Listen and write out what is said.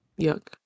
Yuck